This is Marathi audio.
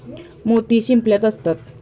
मोती शिंपल्यात असतात